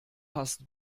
hast